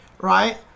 right